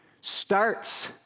starts